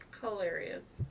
hilarious